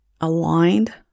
aligned